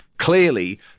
Clearly